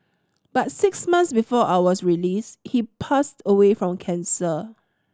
but six months before I was released he passed away from cancer